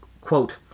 quote